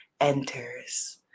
enters